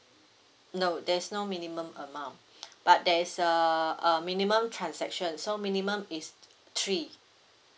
no there's no minimum amount but there's a a minimum transaction so minimum is three